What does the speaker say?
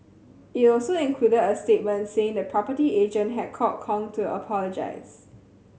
it also included a statement saying the property agent had called Kong to apologise